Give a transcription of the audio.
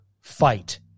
fight